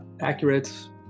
accurate